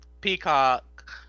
Peacock